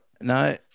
no